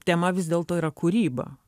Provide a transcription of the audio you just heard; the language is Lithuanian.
tema vis dėlto yra kūryba